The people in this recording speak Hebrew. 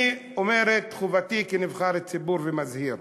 אני אומר את חובתי כנבחר ציבור, ומזהיר: